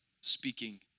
speaking